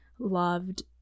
loved